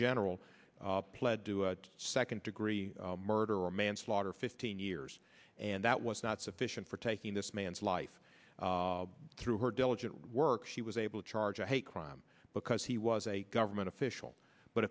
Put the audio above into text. general pled to second degree murder or manslaughter fifteen years and that was not sufficient for taking this man's life through her diligent work she was able to charge a hate crime because he was a government official but